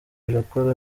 rirakora